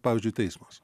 pavyzdžiui teismas